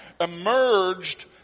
emerged